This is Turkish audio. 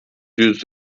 yüz